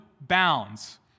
bounds